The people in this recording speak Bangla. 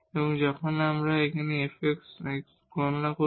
এবং যখন আমরা এখান থেকে এই fx x গণনা করি